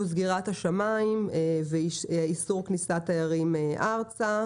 סגירת השמיים ואיסור כניסת תיירים ארצה.